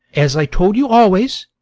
as i told you always,